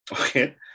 okay